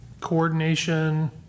coordination